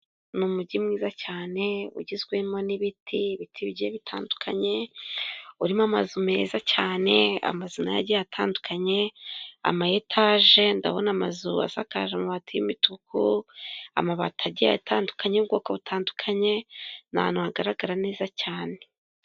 Ni umujyi mwiza cyane ugizwemo n'ibiti, ibiti bitandukanye, urimo amazu meza cyane, amazu nayo agiye atandukanye ama etage, ndabona amazu asakaje amabati y'imituku, amabati agiye atandukanye y'ubwoko butandukanye, ni ahantu hagaragara neza cyane.